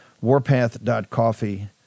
Warpath.coffee